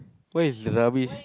where is rubbish